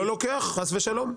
לא לוקח, חס ושלום.